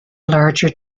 larger